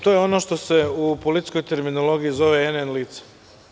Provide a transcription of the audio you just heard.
To je ono što se u policijsko terminologiji zove n.n. lice.